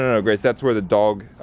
no, no, grace, that's where the dog,